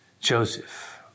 Joseph